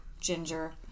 ginger